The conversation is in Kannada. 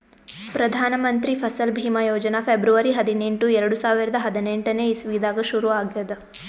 ಪ್ರದಾನ್ ಮಂತ್ರಿ ಫಸಲ್ ಭೀಮಾ ಯೋಜನಾ ಫೆಬ್ರುವರಿ ಹದಿನೆಂಟು, ಎರಡು ಸಾವಿರದಾ ಹದಿನೆಂಟನೇ ಇಸವಿದಾಗ್ ಶುರು ಆಗ್ಯಾದ್